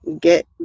get